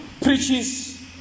preaches